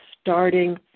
starting